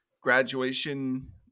graduation